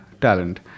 talent